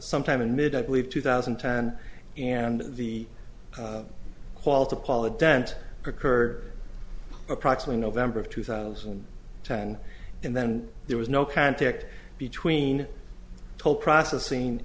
sometime in mid i believe two thousand and ten and the hall to paula dent occurred approximately november of two thousand and ten and then there was no contact between told processing